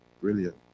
Brilliant